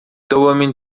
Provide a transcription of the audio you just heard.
دومین